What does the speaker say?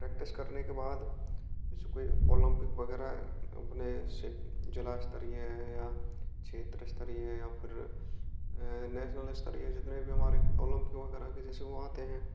practice करने के बाद उसमे ओलंपिक वगैरह अपने से जिला स्तरीय है या क्षेत्र स्तरीय है या फिर नेशनल स्तरीय है जितने भी हमारे ओलंपिक वगैरह की जैसे वो आते हैं